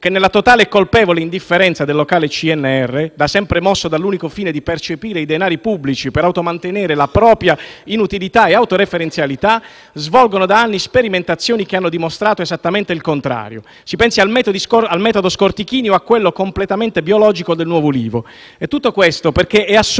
nazionale delle ricerche (CNR), da sempre mosso dall'unico fine di percepire i denari pubblici per automantenere la propria inutilità e autoreferenzialità, svolgono da anni sperimentazioni che hanno dimostrato esattamente il contrario. Si pensi al metodo Scortichini o a quello, completamente biologico, del Nuovoulivo.